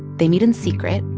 they meet in secret.